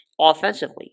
offensively